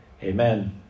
Amen